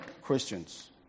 Christians